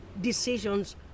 decisions